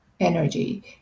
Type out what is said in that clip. energy